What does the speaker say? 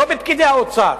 ולא בפקידי האוצר.